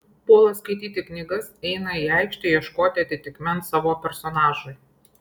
puola skaityti knygas eina į aikštę ieškot atitikmens savo personažui